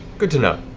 good to know.